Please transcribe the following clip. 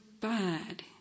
bad